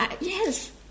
yes